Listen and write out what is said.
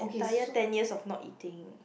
entire ten years of not eating